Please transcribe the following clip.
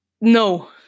No